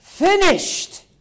finished